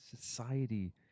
society